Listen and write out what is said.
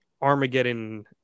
Armageddon